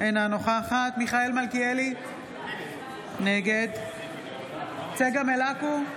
אינה נוכחת מיכאל מלכיאלי, נגד צגה מלקו,